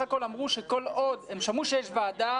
הם שמעו שיש ועדה.